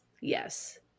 Yes